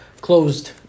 closed